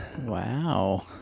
Wow